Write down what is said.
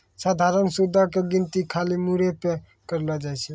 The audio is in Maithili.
सधारण सूदो के गिनती खाली मूरे पे करलो जाय छै